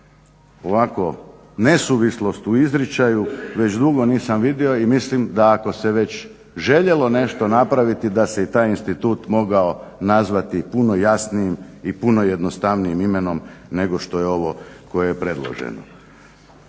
ovako nesuvislost u izričaju već dugo nisam vidio i mislim da ako se već željelo nešto napraviti da se i taj institut mogao nazvati puno jasnijim i puno jednostavnijim imenom nego što je ovo koje je predloženo.